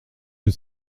que